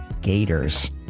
gators